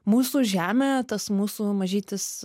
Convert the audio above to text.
mūsų žemė tas mūsų mažytis